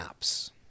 apps